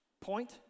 Point